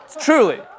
truly